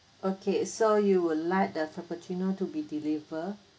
okay so you would like the cappuccino to be deliver